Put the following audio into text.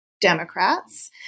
Democrats